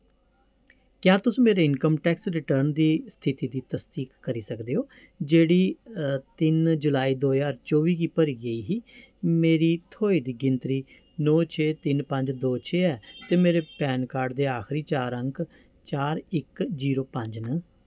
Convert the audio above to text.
क्या तुस मेरे इनकम टैक्स रिटर्न दी स्थिति दी तसदीक करी सकदे ओ जेह्ड़ी तिन जुलाई दो ज्हार चौबी गी भरी गेई ही मेरी थ्होए दी गिनतरी नौ छे तिन पंज दो छे ऐ ते मेरे पैन कार्ड दे आखरी चार अंक चार इक जीरो पंज न